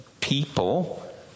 people